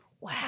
Wow